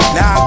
Now